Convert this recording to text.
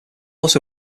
also